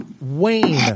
Wayne